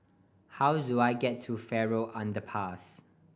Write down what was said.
how do I get to Farrer Underpass